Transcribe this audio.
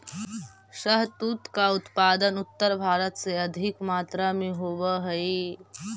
शहतूत का उत्पादन उत्तर भारत में अधिक मात्रा में होवअ हई